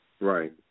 Right